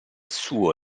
suo